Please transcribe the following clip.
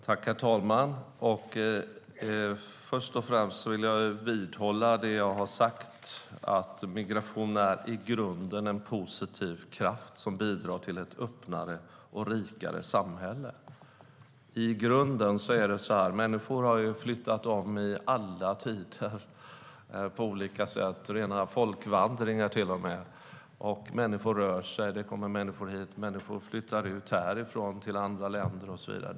Herr talman! Först och främst vill jag vidhålla det jag har sagt, att migration i grunden är en positiv kraft som bidrar till ett öppnare och rikare samhälle. I grunden är det så att människor har flyttat i alla tider på olika sätt. Det har varit rena folkvandringar, till och med. Människor rör sig. Det kommer människor hit. Människor flyttar härifrån till andra länder och så vidare.